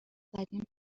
زدیم